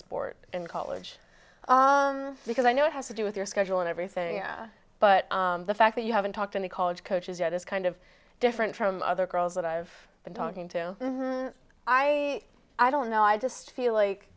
sport in college because i know it has to do with your schedule and everything but the fact that you haven't talked in the college coaches yet it's kind of different from other girls that i've been talking to i i don't know i just feel like